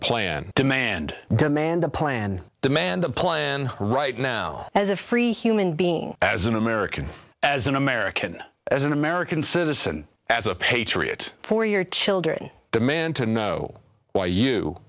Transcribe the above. plan demand demand a plan demand a plan right now as a free human being as an american as an american as an american citizen as a patriot for your children demand to know why you